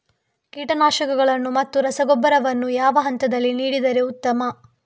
ಕೀಟನಾಶಕಗಳನ್ನು ಮತ್ತು ರಸಗೊಬ್ಬರವನ್ನು ಯಾವ ಹಂತದಲ್ಲಿ ನೀಡಿದರೆ ಉತ್ತಮ?